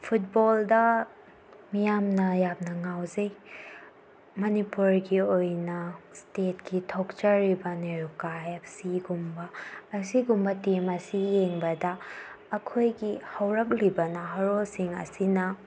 ꯐꯨꯠꯕꯣꯜꯗ ꯃꯤꯌꯥꯝꯅ ꯌꯥꯝꯅ ꯉꯥꯎꯖꯩ ꯃꯅꯤꯄꯨꯔꯒꯤ ꯑꯣꯏꯅ ꯏꯁꯇꯦꯠꯀꯤ ꯊꯣꯛꯆꯔꯤꯕ ꯅꯦꯔꯣꯀꯥ ꯑꯦꯞ ꯁꯤꯒꯨꯝꯕ ꯑꯁꯤꯒꯨꯝꯕ ꯇꯤꯝ ꯑꯁꯤ ꯌꯦꯡꯕꯗ ꯑꯩꯈꯣꯏꯒꯤ ꯍꯧꯔꯛꯂꯤꯕ ꯅꯍꯥꯔꯣꯜꯁꯤꯡ ꯑꯁꯤꯅ